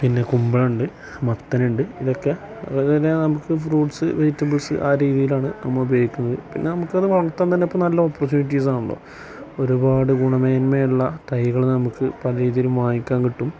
പിന്നെ കുമ്പള ഉണ്ട് മത്തനുണ്ട് ഇതൊക്കെ അതുപോലെതന്നെ നമ്മൾക്ക് ഫ്രൂട്ട്സ് വെജിറ്റബിൾസ് ആ രീതിയിലാണ് നമ്മൾ ഉപയോഗിക്കുന്നത് പിന്നെ നമുക്ക് അത് വളർത്താൻ തന്നെ ഇപ്പോൾ നല്ല ഓപ്പർച്ച്യൂനിറ്റീസ് ആണല്ലോ ഒരുപാട് ഗുണമേന്മയുള്ള തൈകൾ നമുക്ക് പല രീതിയിലും വാങ്ങിക്കാൻ കിട്ടും